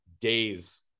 days